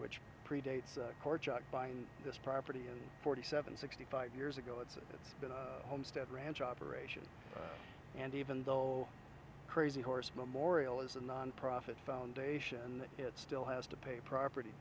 which predates courtship by this property and forty seven sixty five years ago it's been a homestead ranch operation and even though crazy horse memorial is a nonprofit foundation it still has to pay property